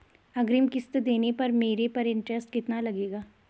अग्रिम किश्त देने पर मेरे पर इंट्रेस्ट कितना लगेगा?